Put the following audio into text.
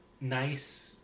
nice